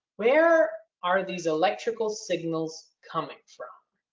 where are these electrical signals coming from?